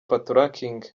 patoranking